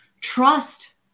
Trust